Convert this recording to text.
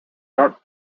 dark